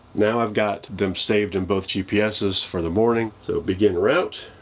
now i've got them saved in both gpss for the morning. so begin route.